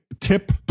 tip